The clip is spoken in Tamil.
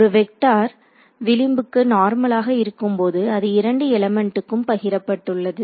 ஒரு வெக்டார் விளிம்புக்கு நார்மலாக இருக்கும்போது அது இரண்டு எலிமெண்ட்கும் பகிரப்பட்டுள்ளது